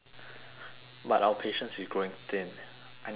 but our patience is growing thin I need to be training